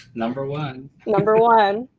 number one. number one.